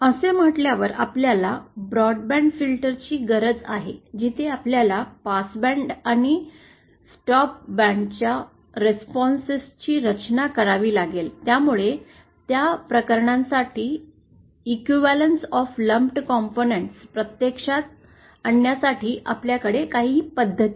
असे म्हटल्यावर आपल्याला ब्रॉडबँड फिल्टर ची गरज आहे जिथे आपल्याला पासबँड आणि स्टॉप बँडच्या प्रतिसादां ची रचना करावी लागते त्यामुळे त्या प्रकरणांसाठी इक्विवलेंस ऑफ लंपेड कंपोनेंट्स प्रत्यक्षात आणण्यासाठी आपल्याकडे काही पद्धती आहेत